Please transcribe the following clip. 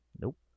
Nope